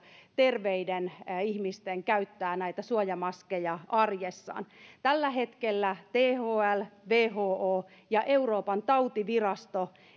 terveiden ihmisten käyttää suojamaskeja arjessaan tällä hetkellä thl who ja euroopan tautivirasto